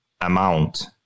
amount